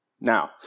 Now